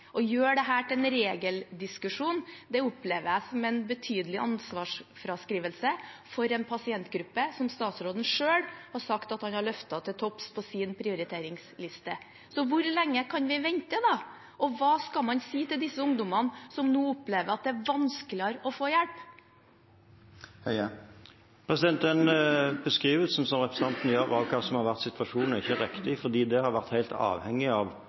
til en regeldiskusjon opplever jeg som en betydelig ansvarsfraskrivelse for en pasientgruppe som statsråden selv har sagt at han har løftet til topps på sin prioriteringsliste. Hvor lenge kan vi vente? Og hva skal man si til ungdommene som nå opplever at det er vanskeligere å få hjelp? Den beskrivelsen som representanten gir av hva som har vært situasjonen, er ikke riktig. Det har vært helt avhengig av